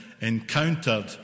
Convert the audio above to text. encountered